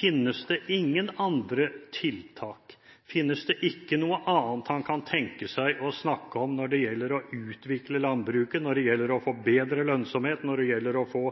Finnes det ingen andre tiltak, finnes det ikke noe annet han kan tenke seg å snakke om når det gjelder å utvikle landbruket, når det gjelder å få bedre lønnsomhet, når det gjelder å få